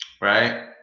right